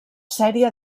sèrie